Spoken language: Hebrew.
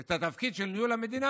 את התפקיד של ניהול המדינה,